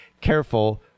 careful